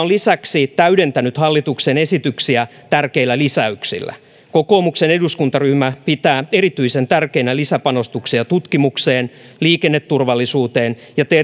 lisäksi täydentänyt hallituksen esityksiä tärkeillä lisäyksillä kokoomuksen eduskuntaryhmä pitää erityisen tärkeinä lisäpanostuksia tutkimukseen liikenneturvallisuuteen ja